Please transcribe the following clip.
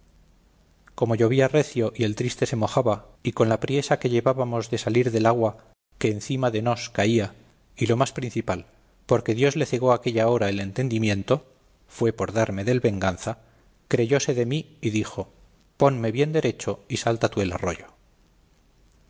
como llovía recio y el triste se mojaba y con la priesa que llevábamos de salir del agua que encima de nos caía y lo más principal porque dios le cegó aquella hora el entendimiento fue por darme dél venganza creyóse de mí y dijo ponme bien derecho y salta tú el arroyo